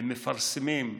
הם מפרסמים,